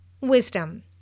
wisdom